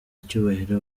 icyubahiro